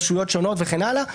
רשויות שונות וכן הלאה,